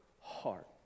heart